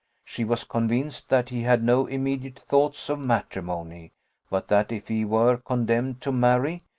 she was convinced that he had no immediate thoughts of matrimony but that if he were condemned to marry,